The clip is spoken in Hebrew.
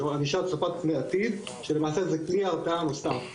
זו ענישה לעתיד שלמעשה זה כלי הרתעה נוסף.